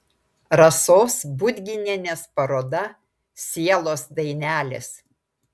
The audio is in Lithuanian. rasos budginienės paroda sielos dainelės